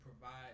provide